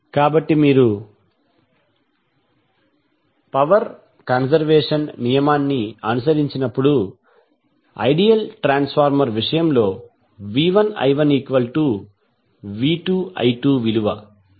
కాబట్టి మీరు power conservation నియమాన్ని అనుసరించినప్పుడు ఐడియల్ ట్రాన్స్ఫార్మర్ విషయంలో v1i1v2i2 విలువ